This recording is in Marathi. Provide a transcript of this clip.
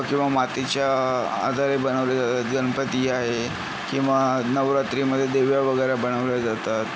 किंवा मातीच्या आधारे बनवले गणपती आहे किंवा नवरात्रीमध्ये देव्या वगैरे बनवल्या जातात